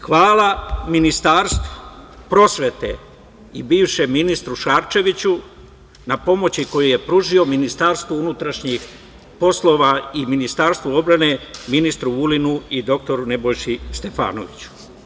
Hvala Ministarstvu prosvete i bivšem ministru Šarčeviću na pomoći koju je pružio Ministarstvo unutrašnjih poslova i Ministarstvo odbrane ministru Vulinu i dr Nebojši Stefanoviću.